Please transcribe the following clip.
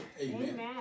Amen